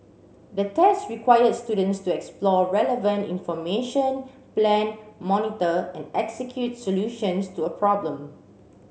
the test required students to explore relevant information plan monitor and execute solutions to a problem